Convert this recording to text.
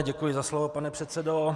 Děkuji za slovo, pane předsedo.